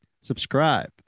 Subscribe